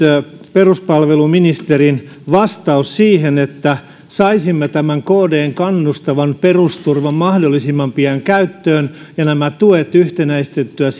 peruspalveluministerin vastaus siihen että saisimme tämän kdn kannustavan perusturvan mahdollisimman pian käyttöön ja nämä tuet yhtenäistettyä